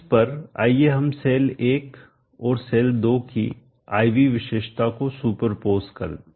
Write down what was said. इस पर आइए हम सेल 1 और सेल 2 की I V विशेषता को सुपरपोज करें